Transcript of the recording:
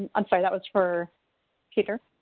i'm sorry. that was for petar.